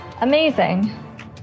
Amazing